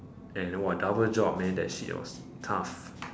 and !wah! double job man that shit was tough